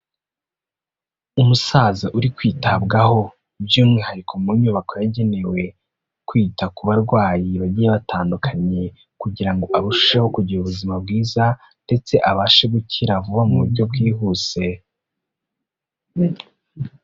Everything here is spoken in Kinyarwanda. Umusaza uri kwitabwaho, by'umwihariko mu nyubako yagenewe kwita ku barwayi bagiye batandukanye kugira ngo arusheho kugira ubuzima bwiza ndetse abashe gukira vuba mu buryo bwihuse.